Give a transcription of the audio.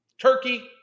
turkey